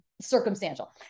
circumstantial